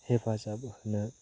हेफाजाब होनो